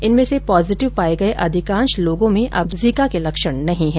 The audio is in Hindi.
इनमें से पॉजिटिव पाये गये अधिकांश व्यक्तियों में अब जीका के लक्षण नहीं है